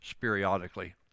periodically